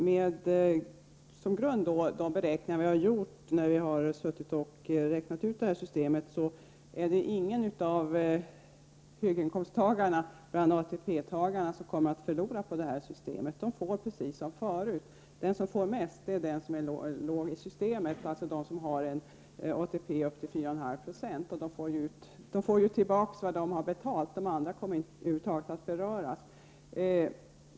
Herr talman! De beräkningar som vi har gjort då vi utarbetat det här förslaget visar att ingen av höginkomsttagarna bland ATP-pensionärerna kommer att förlora på systemet. De får precis lika mycket som tidigare. De som får mest är de som ligger lågt i systemet, alltså de som har ATP upp till 4,5 90. De får ju tillbaka vad de har betalat; de andra kommer över huvud taget inte att beröras.